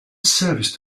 service